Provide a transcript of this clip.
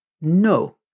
No